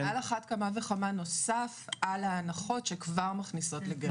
על אחת כמה וכמה נוסף על ההנחות שכבר מכניסות לגירעון.